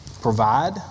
provide